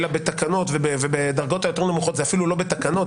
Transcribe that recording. אלא בתקנות ובדרגות היותר נמוכות זה אפילו לא בתקנות,